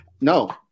no